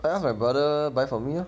I ask my brother buy for me lor